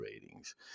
ratings